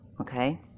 Okay